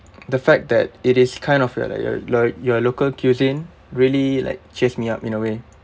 the fact that it is kind of like your lo~ your local cuisine really like cheers me up in a way